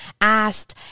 asked